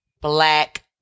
black